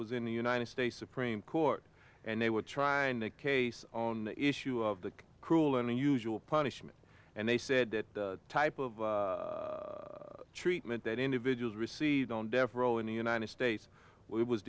was in the united states supreme court and they were trying to case on the issue of the cruel and unusual punishment and they said that type of treatment that individuals received on death row in the united states w